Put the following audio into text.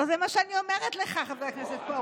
לא, זה מה שאני אומרת לך, חבר הכנסת פרוש.